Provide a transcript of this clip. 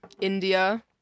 india